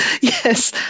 Yes